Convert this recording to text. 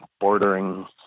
bordering